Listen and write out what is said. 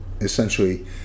essentially